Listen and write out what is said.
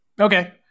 okay